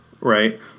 Right